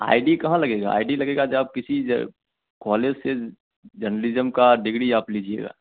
आई D कहाँ लगेगा I D लगेगा जब किसी ज कॉलेज से जर्नलिज्म की डिग्री आप लीजिएगा